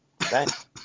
Thanks